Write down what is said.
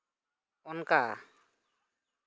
ᱚᱱᱠᱟ